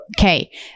okay